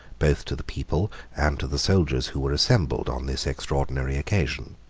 both to the people and to the soldiers who were assembled on this extraordinary occasion.